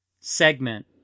segment